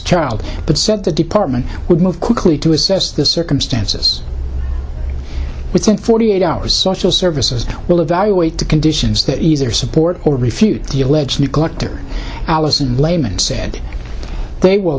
child but said the department would move quickly to assess the circumstances within forty eight hours social services will evaluate the conditions that either support or refute the alleged new collective alison klayman said they will